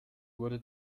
wurde